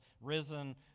risen